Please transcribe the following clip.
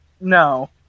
no